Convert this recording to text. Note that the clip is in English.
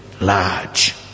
large